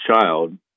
child